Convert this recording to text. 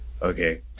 okay